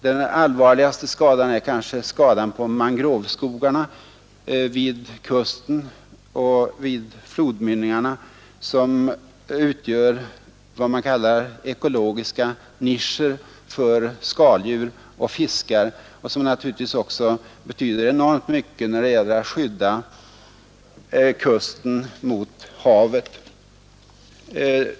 Den allvarligaste skadan är kanske skadan på mangroveskogarna vid kusten och vid flodmynningarna, som utgör vad man kallar en ekologisk nisch för skaldjur och fiskar och som betyder enormt mycket när det gäller att skydda kusten mot havet.